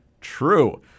True